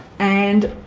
and